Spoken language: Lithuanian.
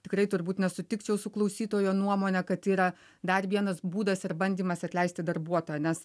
tikrai turbūt nesutikčiau su klausytojo nuomone kad tai yra dar vienas būdas ir bandymas atleisti darbuotoją nes